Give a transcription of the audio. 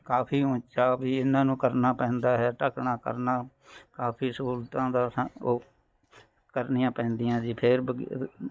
ਕਾਫੀ ਉੱਚਾ ਵੀ ਇਹਨਾਂ ਨੂੰ ਕਰਨਾ ਪੈਂਦਾ ਹੈ ਢਕਣਾ ਕਰਨਾ ਕਾਫੀ ਸਹੂਲਤਾਂ ਦਾ ਸਾ ਉਹ ਕਰਨੀਆਂ ਪੈਂਦੀਆਂ ਜੀ ਫੇਰ ਬਗੀ